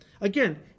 again